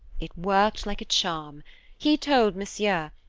it worked like a charm he told monsieur,